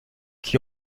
qui